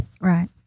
right